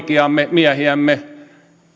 miehiämme